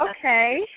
Okay